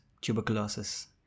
tuberculosis